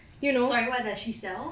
sorry what does she sell